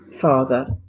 father